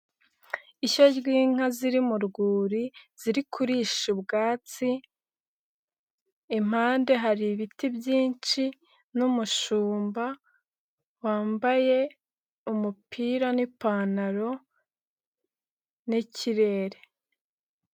Ishyo ry'inka ziri mu rwuri ziri kurisha ubwatsi, impande hari ibiti byinshi n'umushumba wambaye umupira n'ipantaro n'ikirere.